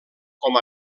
com